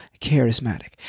charismatic